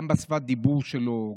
גם בשפת הדיבור שלו,